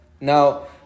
Now